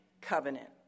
covenant